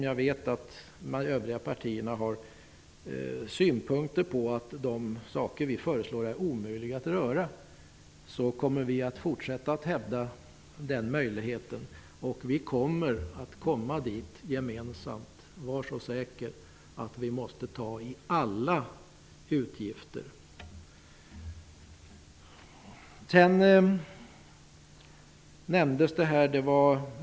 Jag vet att övriga partier har synpunkter på de saker som vi föreslår och menar att de är omöjliga att röra. Men vi kommer ändå att fortsätta att hävda den möjligheten. Vi kommer alla dithän att vi måste ta i alla utgifter -- var så säkra!